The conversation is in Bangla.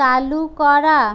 চালু করা